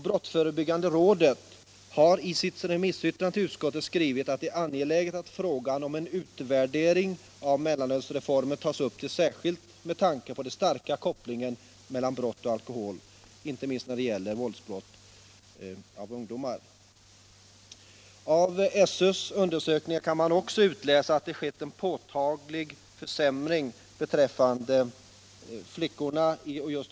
Brottsförebyggande rådet har i sitt remissyttrande till utskottet skrivit att det är angeläget att frågan om en utvärdering av mellanölsreformen tas upp till behandling med tanke på den starka kopplingen mellan brott och alkohol, inte minst när det gäller våldsbrott av ungdomar. Av skolöverstyrelsens undersökningar kan man även utläsa att det har skett en påtaglig försämring beträffande flickor i årskurs 9.